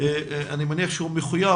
אני מניח שהוא מחויב,